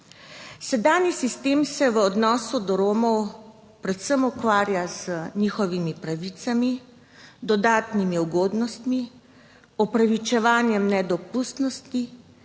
Sedanji sistem se v odnosu do Romov predvsem ukvarja z njihovimi pravicami, dodatnimi ugodnostmi, opravičevanjem nedopustnosti,